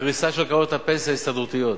וזו הקריסה של קרנות הפנסיה ההסתדרותיות,